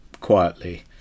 quietly